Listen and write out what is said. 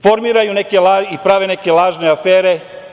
Formiraju i prave neke lažne afere.